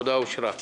הצבעה